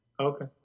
Okay